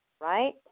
right